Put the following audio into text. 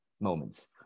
moments